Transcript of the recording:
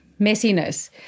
messiness